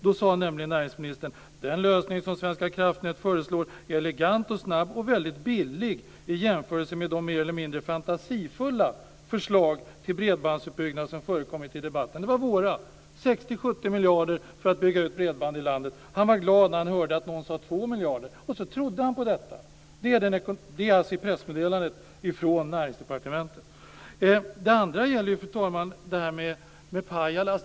Då sade han nämligen: Den lösning som Svenska kraftnät föreslår är elegant och snabb och väldigt billig i jämförelse med de mer eller mindre fantasifulla förslag till bredbandsutbyggnad som har förekommit i debatten. Det var våra 60-70 miljarder för att bygga ut bredband i landet. Han var glad när han hörde att någon sade 2 miljarder. Och så trodde han på detta. Det står alltså i pressmeddelandet från Näringsdepartementet. Det andra, fru talman, gäller det här med Pajala.